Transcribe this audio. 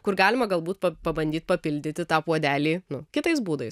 kur galima galbūt pabandyt papildyti tą puodelį nu kitais būdais